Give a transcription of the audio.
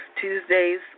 Tuesdays